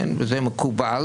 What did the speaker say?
וזה מקובל